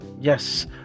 yes